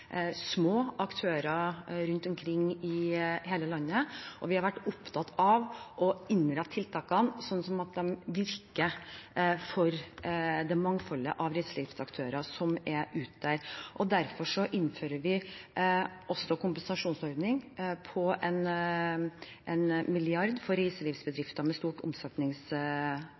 små aktører rundt omkring i hele landet. Vi har vært opptatt av å innrette tiltakene sånn at de virker for det mangfoldet av reiselivsaktører som er der ute. Derfor innfører vi også en kompensasjonsordning på 1 mrd. kr for reiselivsbedrifter med stort